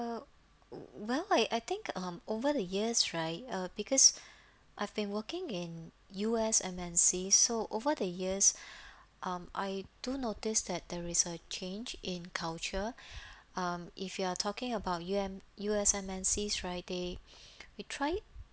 well I I think um over the years right uh because I've been working in U_S_M_N_C so over the years um I do notice that there is a change in culture um if you are talking about U_M U_S_M_N_Cs right they we try it